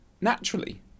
naturally